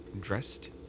dressed